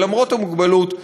ולמרות המוגבלות,